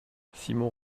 simon